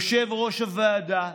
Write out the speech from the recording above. יושב-ראש הוועדה,